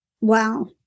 wow